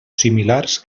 similars